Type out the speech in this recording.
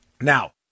now